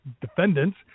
defendants